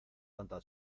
tanta